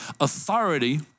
authority